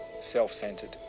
self-centered